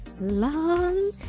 long